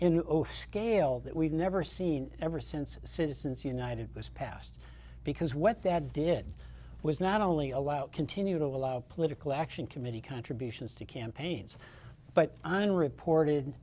in scale that we've never seen ever since citizens united was passed because what that did was not only allow continue to allow political action committee contributions to campaigns but unreported